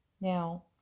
Now